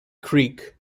creek